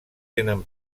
tenen